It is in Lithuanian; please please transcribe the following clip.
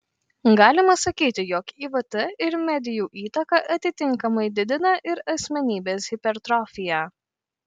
galima sakyti jog ivt ir medijų įtaka atitinkamai didina ir asmenybės hipertrofiją